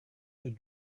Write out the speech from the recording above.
had